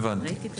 הבנתי.